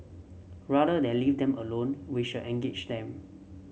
rather than leave them alone we should engage them